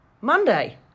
Monday